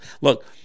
Look